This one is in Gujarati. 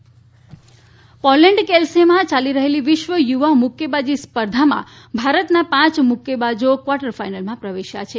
મુક્કેબાજી પોલેન્ડના કેલસેમાં યાલી રહેલી વિશ્વ યુવા મુક્કેબાજી સ્પર્ધામાં ભારતના પાંચ મુક્કેબાજો ક્વાટર ફાઇનલમાં પ્રવેશ્યા છે